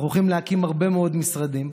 אנחנו הולכים להקים הרבה מאוד משרדים.